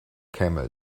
camel